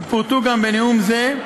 ופורטו גם בנאום זה,